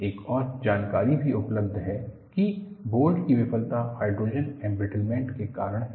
एक और जानकारी भी उपलब्ध है कि बोल्ट की विफलता हाइड्रोजन एमब्रिटलमैंट के कारण है